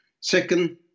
Second